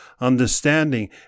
understanding